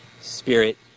spirit